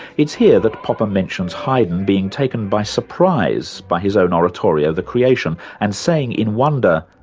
it's here that popper mentions hayden being taken by surprise by his own oratorio the creation and saying in wonder,